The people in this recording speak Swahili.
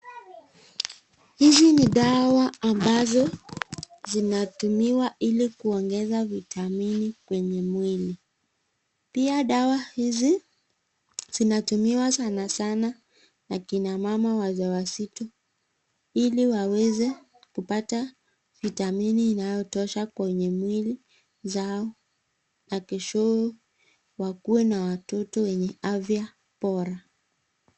Hizi ni dawa ambazo zinatumiwa ili kuongeza vitamini kwenye mwili, pia dawa hizi zinatumiwa sana sana na kina mama wajawazito ili waweze kupata vitamini inayotosha kwenye mwili zao na keshoye wakuwe na watoto wenye afya bora.